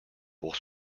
pour